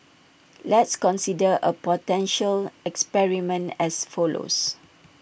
let's consider A potential experiment as follows